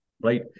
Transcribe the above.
right